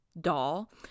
doll